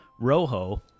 Rojo